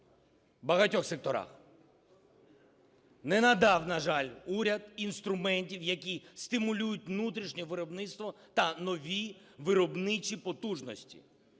багатьох секторах. Не надав, на жаль, уряд інструментів, які стимулюють внутрішнє виробництво та нові виробничі потужності.